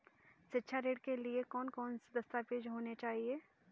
शिक्षा ऋण के लिए कौन कौन से दस्तावेज होने चाहिए?